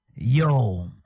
Yo